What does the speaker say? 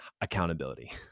accountability